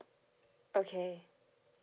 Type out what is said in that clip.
okay